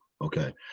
Okay